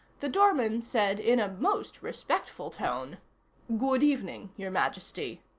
the doorman said in a most respectful tone good evening, your majesty.